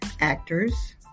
actors